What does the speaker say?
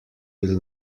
will